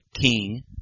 King